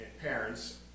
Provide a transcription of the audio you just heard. parents